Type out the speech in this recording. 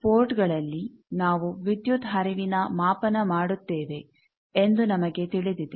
ಪೋರ್ಟ್ಗಳಲ್ಲಿ ನಾವು ವಿದ್ಯುತ್ ಹರಿವಿನ ಮಾಪನ ಮಾಡುತ್ತೇವೆ ಎಂದು ನಮಗೆ ತಿಳಿದಿದೆ